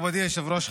מכובדי היושב-ראש,